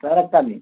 सड़क वाली